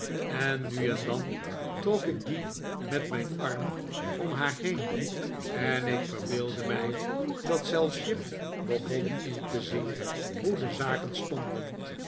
en nu en dan trok ik dien met mijn arm om haar heen en ik verbeeldde mij dat zelfs jip begon in te zien hoe de zaken stonden